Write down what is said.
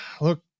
look